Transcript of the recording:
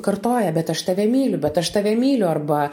kartoja bet aš tave myliu bet aš tave myliu arba